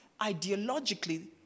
ideologically